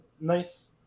nice